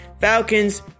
Falcons